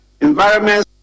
Environment